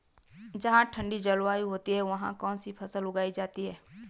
जहाँ ठंडी जलवायु होती है वहाँ कौन सी फसल उगानी चाहिये?